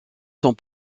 sont